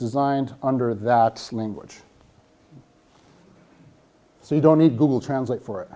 designed under that language so you don't need google translate for